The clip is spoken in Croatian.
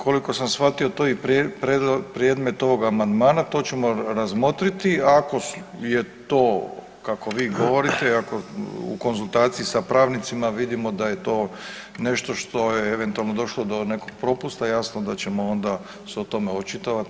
Koliko sam shvatio to je predmet ovog amandmana to ćemo razmotriti, ako je to kako vi govorite i ako u konzultaciji sa pravnicima vidimo da je to nešto što je eventualno došlo do nekog propusta jasno da ćemo onda se o tome očitovati.